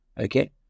okay